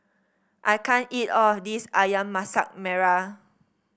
I can't eat all of this ayam Masak Merah